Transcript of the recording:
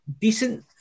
decent